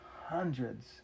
hundreds